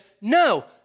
no